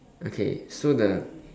okay so the